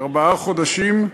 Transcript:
ארבעה חודשים,